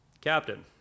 Captain